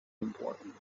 important